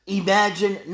imagine